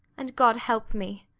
and god help me!